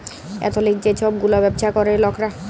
এথলিক যে ছব গুলা ব্যাবছা ক্যরে লকরা